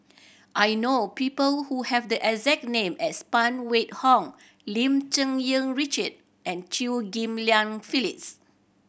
I know people who have the exact name as Phan Wait Hong Lim Cherng Yih Richard and Chew Ghim Lian Phyllis